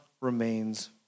remains